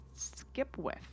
Skipwith